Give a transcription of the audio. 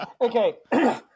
Okay